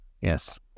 Yes